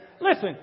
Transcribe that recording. Listen